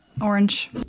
Orange